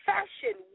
Fashion